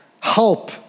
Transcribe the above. help